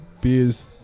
beers